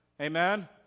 Amen